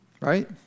right